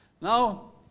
Now